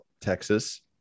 texas